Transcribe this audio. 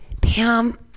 Pam